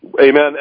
Amen